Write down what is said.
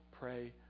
pray